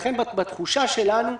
לכן בתחושה שלנו,